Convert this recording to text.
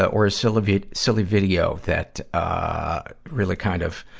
ah or a silly vi, silly video that, ah, really kind of,